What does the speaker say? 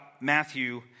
Matthew